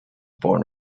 born